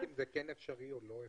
מי יחליט אם זה כן אפשרי או לא אפשרי?